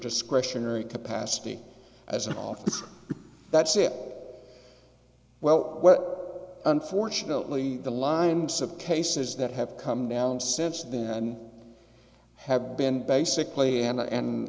discretionary capacity as an officer that's it well unfortunately the lines of cases that have come down since then have been basically anna and